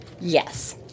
Yes